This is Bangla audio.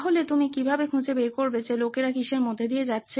তাহলে তুমি কীভাবে খুঁজে বের করবে যে লোকেরা কিসের মধ্যে দিয়ে যাচ্ছে